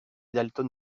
dalton